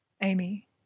Amy